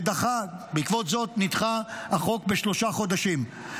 ובעקבות זאת נדחה החוק בשלושה חודשים.